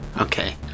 Okay